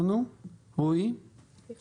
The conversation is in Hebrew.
שלום לכולם, אני רוצה